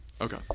okay